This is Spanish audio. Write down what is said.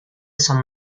san